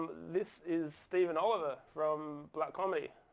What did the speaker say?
this is stephen oliver from black comedy.